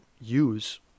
use